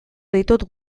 ditut